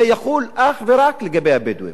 זה יחול אך ורק לגבי הבדואים.